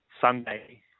Sunday